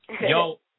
Yo